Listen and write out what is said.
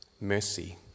mercy